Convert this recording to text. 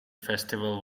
festival